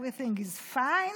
everything is fine,